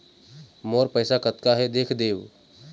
मोर पैसा कतका हे देख देव?